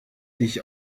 dich